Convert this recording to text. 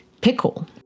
pickle